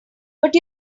but